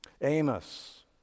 Amos